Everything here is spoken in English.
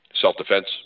self-defense